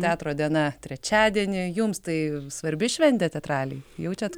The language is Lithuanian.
teatro diena trečiadienį jums tai svarbi šventė teatralei jaučiat